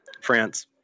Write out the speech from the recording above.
France